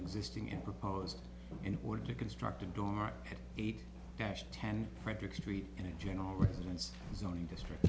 existing and proposed in order to construct a door eight dash ten frederick street and a general residence zoning district